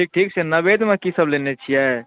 जी ठीक छै नैवेद मे की सभ लेने छियै